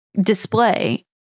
display